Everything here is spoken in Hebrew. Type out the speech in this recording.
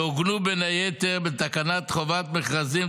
שעוגנו, בין היתר, בתקנת חובת מכרזים,